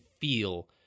feel